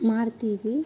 ಮಾರ್ತೀವಿ